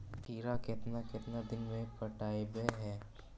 खिरा केतना केतना दिन में पटैबए है?